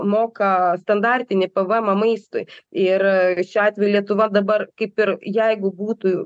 moka standartinį pvmą maistui ir šiuo atveju lietuva dabar kaip ir jeigu būtų